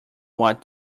what